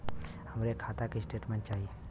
हमरे खाता के स्टेटमेंट चाही?